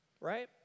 Right